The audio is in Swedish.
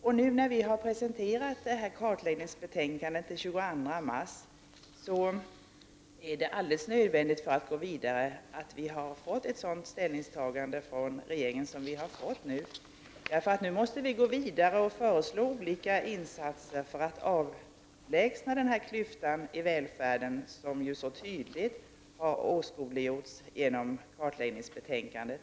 Den 22 mars presenterade utredningen kartläggningsbetänkandet. För att kunna gå vidare är det alldeles nödvändigt med ett sådant ställningstagande från regeringen som det som vi nu har fått. Vi måste gå vidare och föreslå olika insatser för att kunna avlägsna denna klyfta i välfärden som så tydligt har åskådliggjorts i kartläggningsbetänkandet.